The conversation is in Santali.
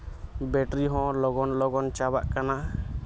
ᱵᱮᱴᱨᱤ ᱦᱚᱸ ᱞᱚᱜᱚ ᱞᱚᱜᱚᱱ ᱪᱟᱵᱟᱜ ᱠᱟᱱᱟ